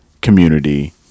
community